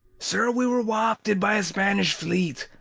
sir, we were wafted by a spanish fleet,